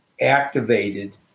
activated